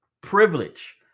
privilege